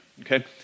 Okay